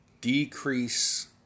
decrease